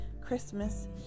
Christmas